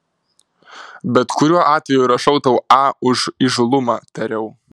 bet kuriuo atveju rašau tau a už įžūlumą tariau